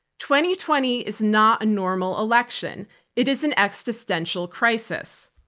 twenty twenty is not a normal election it is an existential crisis.